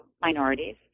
minorities